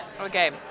Okay